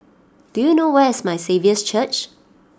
do you know where is My Saviour's Church